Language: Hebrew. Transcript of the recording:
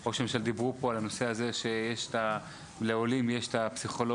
או שלמשל דיברו פה על הנושא הזה שלעולים יש את הפסיכולוג,